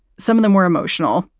some of them were emotional,